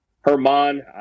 Herman